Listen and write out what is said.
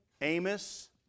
Amos